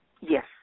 Yes